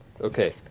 Okay